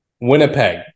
Winnipeg